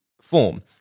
form